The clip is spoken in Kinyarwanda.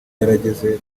yarageze